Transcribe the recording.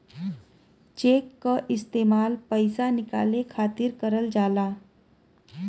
check क इस्तेमाल पइसा निकाले खातिर करल जाला